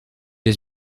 his